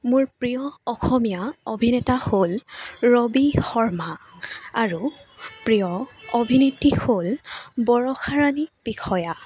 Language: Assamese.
মোৰ প্ৰিয় অসমীয়া অভিনেতা হ'ল ৰবি শৰ্মা আৰু প্ৰিয় অভিনেত্ৰী হ'ল বৰষা ৰাণী বিষয়া